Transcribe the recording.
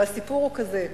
והסיפור הוא כזה: